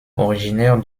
originaire